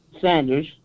Sanders